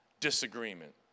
disagreement